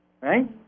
right